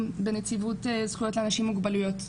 בנציבות זכויות לאנשים עם מוגבלויות.